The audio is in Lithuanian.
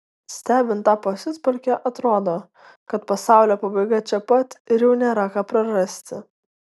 stebint tą pasiutpolkę atrodo kad pasaulio pabaiga čia pat ir jau nėra ką prarasti